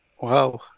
Wow